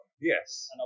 Yes